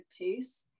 pace